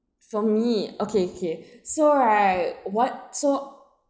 for me okay okay so right what so